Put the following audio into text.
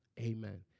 amen